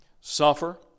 suffer